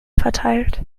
verteilt